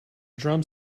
drum